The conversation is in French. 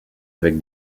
avec